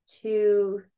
two